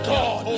God